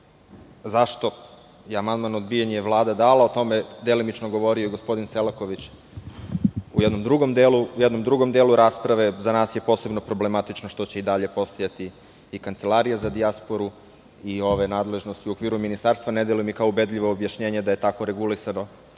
zašto je amandman odbijen je Vlada dala, o tome je delimično govorio i gospodin Selaković, u jednom drugom delu rasprave. Za nas je posebno problematično što će i dalje postojati i Kancelarija za dijasporu i ove nadležnosti u okviru ministarstva, ne deluju mi kao ubedljivo objašnjenje da je tako regulisano